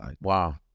Wow